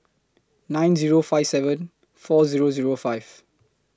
nine Zero five seven four Zero Zero five